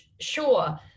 Sure